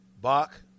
Bach